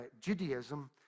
judaism